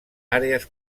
àrees